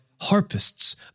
harpists